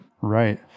Right